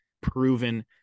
proven